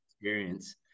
experience